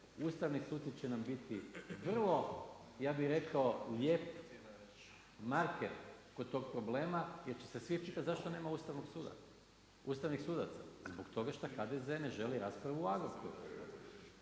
Ustavni suci će nam biti vrlo, ja bih rekao lijep marker kod tog problema jer će se svi pitati zašto nema ustavnih sudaca, zbog toga što HDZ ne želi raspravu o Agrokoru.